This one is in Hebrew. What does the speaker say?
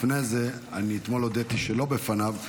אני אתמול הודיתי שלא בפניו,